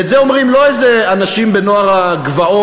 את זה אומרים לא איזה אנשים בנוער הגבעות